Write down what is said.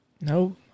No